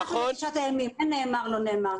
--- אין 'נאמר' או 'לא נאמר'.